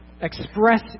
express